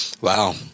Wow